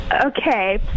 Okay